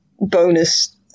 bonus